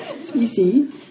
Species